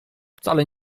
wcale